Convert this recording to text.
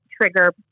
trigger